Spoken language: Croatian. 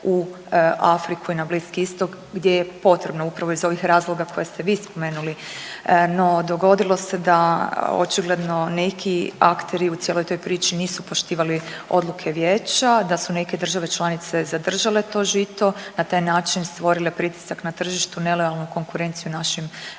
u Afriku i na Bliski Istok gdje je potrebno upravo iz ovih razloga koje ste vi spomenuli. No, dogodilo se da očigledno neki akteri u cijeloj toj priči nisu poštivali odluke vijeća, da su neke države članice zadržale to žito, na taj način stvorile pritisak na tržištu nelojalnu konkurenciju našim